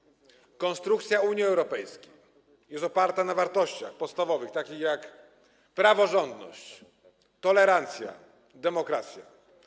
Konstrukcja Unii Europejskiej jest oparta na wartościach podstawowych takich jak praworządność, tolerancja, demokracja.